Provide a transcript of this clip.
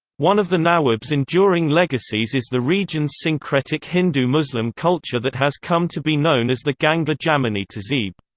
one of the nawab's enduring legacies is the region's syncretic hindu-muslim culture that has come to be known as the ganga-jamuni tehzeeb.